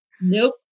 nope